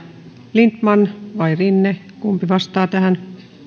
lindtman vai edustaja rinne kumpi vastaa tähän arvoisa puhemies